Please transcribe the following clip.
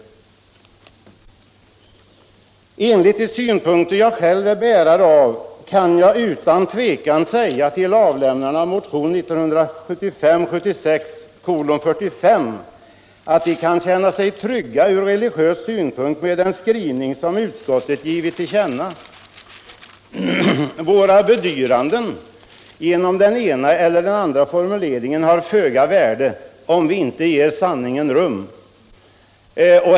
Med mitt synsätt kan jag utan tvekan säga till avlämnarna av motionen 45, att de kan känna sig trygga ur religiös synpunkt med den skrivning som utskottet har givit till känna. Våra bedyranden genom den ena eller andra formuleringen har föga värde om vi inte ger sanningen rum.